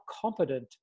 competent